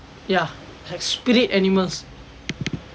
ya like spirit animals